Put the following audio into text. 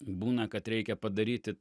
būna kad reikia padaryti